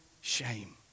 shame